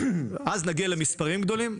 ואז נגיע למספרים גדולים.